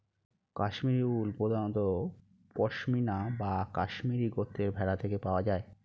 কাশ্মীরি উল প্রধানত পশমিনা বা কাশ্মীরি গোত্রের ভেড়া থেকে পাওয়া যায়